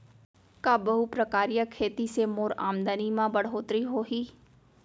का बहुप्रकारिय खेती से मोर आमदनी म बढ़होत्तरी होही?